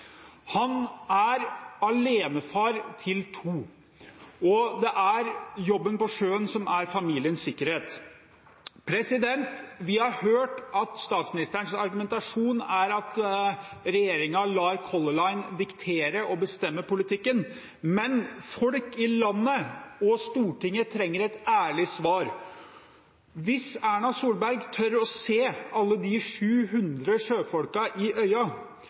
Han er alenefar til to, og det er jobben på sjøen som er familiens sikkerhet. Vi har hørt at statsministerens argumentasjon er at regjeringen lar Color Line diktere og bestemme politikken, men folk i landet og Stortinget trenger et ærlig svar. Hvis Erna Solberg tør å se alle de 700 sjøfolkene som står i